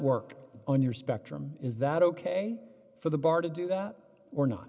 work on your spectrum is that ok for the bar to do that or not